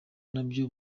nabyo